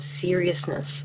seriousness